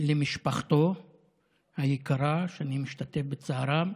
למשפחתו היקרה, שאני משתתף בצערה,